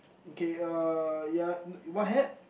okay uh ya what hat